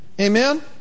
Amen